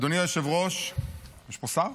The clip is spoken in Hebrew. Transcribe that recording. אדוני היושב-ראש, יש פה שר?